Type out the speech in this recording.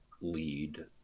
lead